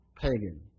pagan